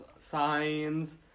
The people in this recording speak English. signs